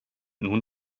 nun